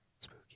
Spooky